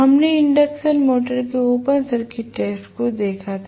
हमने induction motor के open circuit test को देखा था